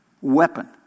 weapon